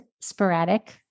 sporadic